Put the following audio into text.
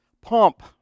pump